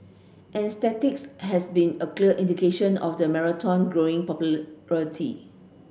and statistics have been a clear indication of the marathon growing